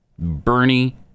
Bernie